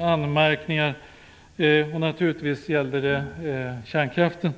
anmärkningar. Det gällde naturligtvis kärnkraften.